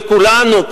וכולנו,